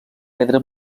pedra